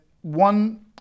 one